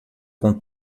com